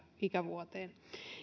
ikävuoteen